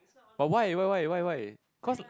but why why why why why cause